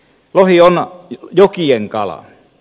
lohi on jokien kala